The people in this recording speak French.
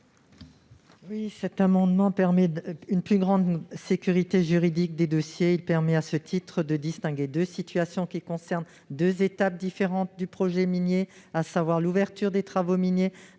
objet de garantir une plus grande sécurité juridique des dossiers. Il tend, à ce titre, à distinguer deux situations qui concernent deux étapes différentes du projet minier : l'ouverture des travaux miniers